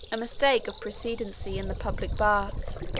a mistake of precedency in the public baths,